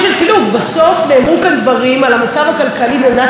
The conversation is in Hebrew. אבל בסוף נאמרו כאן דברים על המצב הכלכלי במדינת ישראל,